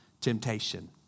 temptation